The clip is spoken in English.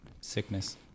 sickness